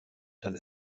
dann